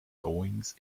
goings